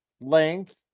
length